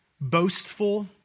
boastful